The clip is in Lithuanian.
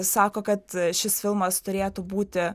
sako kad šis filmas turėtų būti